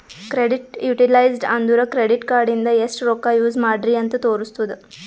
credit utilised ಅಂದುರ್ credit card ಇಂದ ಎಸ್ಟ್ ರೊಕ್ಕಾ ಯೂಸ್ ಮಾಡ್ರಿ ಅಂತ್ ತೋರುಸ್ತುದ್